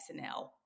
SNL